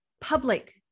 public